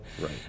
Right